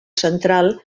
central